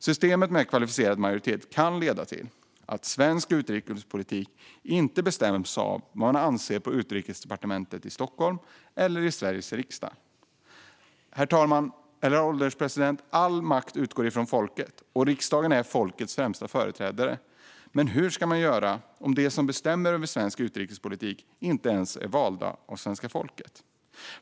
Systemet med kvalificerad majoritet kan leda till att svensk utrikespolitik inte bestäms av vad man anser på Utrikesdepartementet i Stockholm eller i Sveriges riksdag. Herr ålderspresident! All makt utgår från folket, och riksdagen är folkets främsta företrädare. Men hur ska man göra om de som bestämmer över svensk utrikespolitik inte ens är valda av svenska folket?